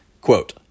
Quote